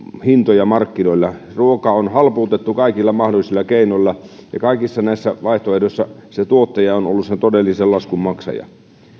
hintoja markkinoilla ruokaa on halpuutettu kaikilla mahdollisilla keinoilla ja kaikissa näissä vaihtoehdoissa tuottaja on ollut sen todellisen laskun maksaja